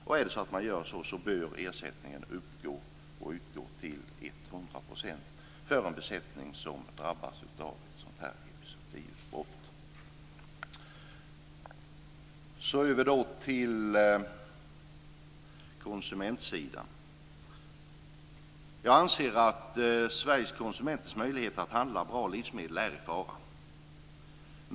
Om man gör så bör ersättning utgå och uppgå till 100 % för en besättning som drabbas av ett epizootiutbrott. Så över till konsumentsidan. Jag anser att Sveriges konsumenters möjligheter att handla bra livsmedel är i fara.